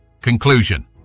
CONCLUSION